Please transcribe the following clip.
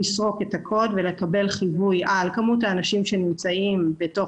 לסרוק את הקוד ולקבל חיווי של כמות האנשים שנמצאים בתוך